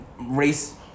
race